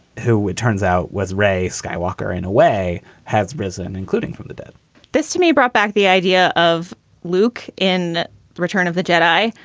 who it turns out was ray skywalker in a way has risen, including from the dead this to me brought back the idea of luke in the return of the jedi,